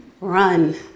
Run